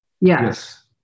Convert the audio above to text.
Yes